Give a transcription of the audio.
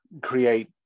create